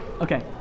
Okay